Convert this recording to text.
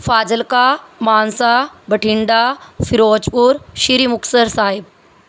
Fazilka Mansa Bathinda Firozpur Shri Muktsar Sahib